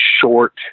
short